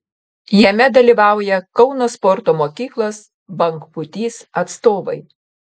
jame dalyvauja kauno sporto mokyklos bangpūtys atstovai